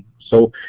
so